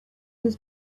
his